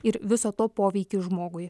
ir viso to poveikį žmogui